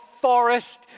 forest